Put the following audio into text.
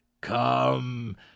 Come